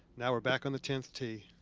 now we're back on the tenth tee.